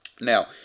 Now